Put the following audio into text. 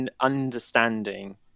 understanding